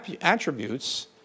attributes